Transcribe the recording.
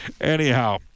Anyhow